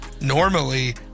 Normally